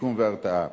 שיקום והרתעה,